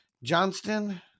Johnston